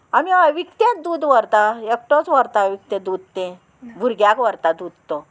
आमी हय विकतेंच दूद व्हरता एकटोच व्हरता विकतें दूद तें भुरग्यांक व्हरता दूद तो